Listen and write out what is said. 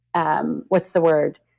um what's the word?